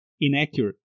inaccurate